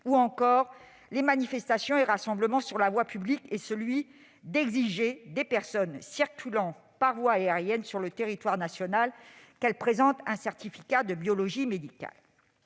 ou encore les manifestations et rassemblements sur la voie publique, et celui d'exiger des personnes circulant par voie aérienne sur le territoire national qu'elles présentent un certificat de biologie médicale.